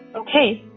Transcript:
ok.